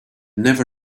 never